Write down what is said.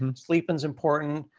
um sleeping is important.